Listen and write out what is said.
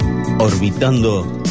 Orbitando